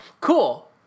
cool